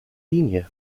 linie